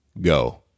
go